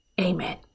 Amen